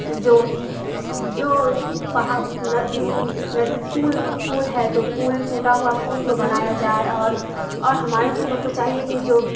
جو جو ندی ندی پل پل ہے تو پل ٹوٹا ہوا پل کو بنایا جائے اور اور ہمارے حکومت کو چاہیے کہ جو